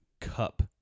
cup